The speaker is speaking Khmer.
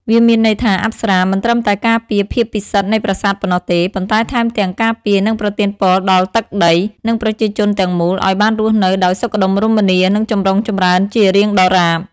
វាមានន័យថា អប្សរាមិនត្រឹមតែការពារភាពពិសិដ្ឋនៃប្រាសាទប៉ុណ្ណោះទេ ប៉ុន្តែថែមទាំង ការពារ និងប្រទានពរដល់ទឹកដី និងប្រជាជនទាំងមូល ឲ្យបានរស់នៅដោយសុខដុមរមនា និងចម្រុងចម្រើនជារៀងដរាប។